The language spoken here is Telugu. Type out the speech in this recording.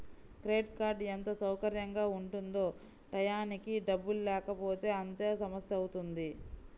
క్రెడిట్ కార్డ్ ఎంత సౌకర్యంగా ఉంటుందో టైయ్యానికి డబ్బుల్లేకపోతే అంతే సమస్యవుతుంది